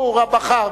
הוא בחר,